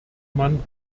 man